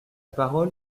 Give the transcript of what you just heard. parole